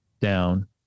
down